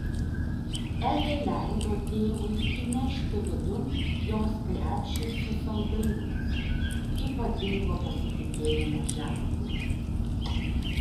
elė leido tėvui įnešti vidun jos krepšį su saldainiais ypatingo pasitikėjimo ženklas